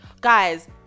Guys